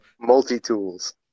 multi-tools